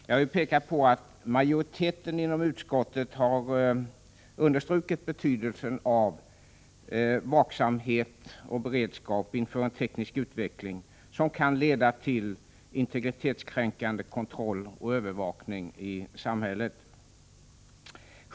Jag vill peka på att majoriteten inom utskottet har understrukit betydelsen av vaksamhet och beredskap inför en teknisk utveckling som kan leda till integritetskränkande kontroll och övervakning i samhället.